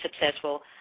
successful